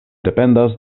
dependas